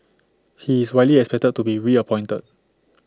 he is widely expected to be reappointed